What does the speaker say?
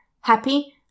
happy